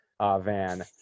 van